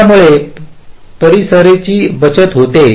तर यामुळे परिसराची बचत होते